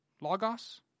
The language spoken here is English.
logos